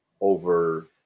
over